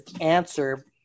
answer